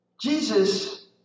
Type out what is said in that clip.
Jesus